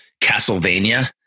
Castlevania